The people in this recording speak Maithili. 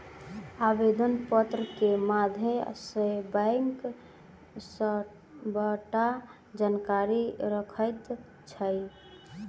आवेदन पत्र के माध्यम सॅ बैंक सबटा जानकारी रखैत अछि